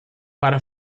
para